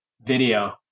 video